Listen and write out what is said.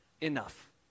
enough